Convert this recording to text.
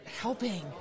helping